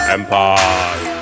Empire